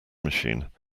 machine